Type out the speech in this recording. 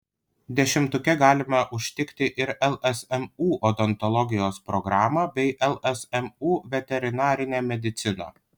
dešimtuke galima užtikti ir lsmu odontologijos programą bei lsmu veterinarinę mediciną